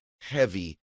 heavy